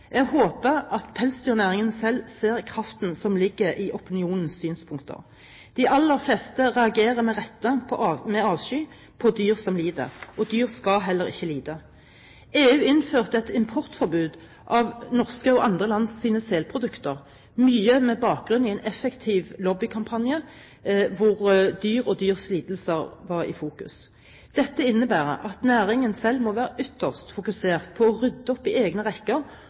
Jeg håper at pelsdyrnæringen selv ser kraften som ligger i opinionens synspunkter. De aller fleste reagerer – med rette – med avsky på dyr som lider, og dyr skal heller ikke lide. EU innførte et importforbud for norske og andre lands selprodukter, mye med bakgrunn i en effektiv lobbykampanje hvor dyr og dyrs lidelser var i fokus. Dette innebærer at næringen selv må være ytterst fokusert på å rydde opp i egne rekker